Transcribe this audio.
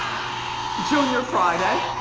junior friday,